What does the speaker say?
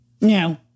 no